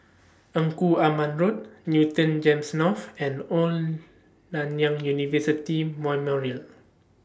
Engku Aman Road Newton Gems North and Old Nanyang University Memorial